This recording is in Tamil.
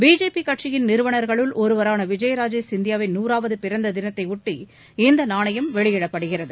பிஜேபி கட்சியின் நிறுவனர்களுள் ஒருவரான விஜய ராஜே சிந்தியாவின் நூறாவது பிறந்த தினத்தையடுத்து இந்த நாணயம் வெளியிடப்படுகிறது